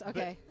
Okay